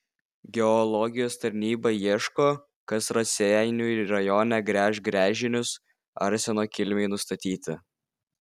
geologijos tarnyba ieško kas raseinių rajone gręš gręžinius arseno kilmei nustatyti